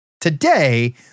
today